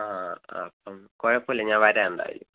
ആ അപ്പം കുഴപ്പമില്ല ഞാൻ വരാം എന്തായാലും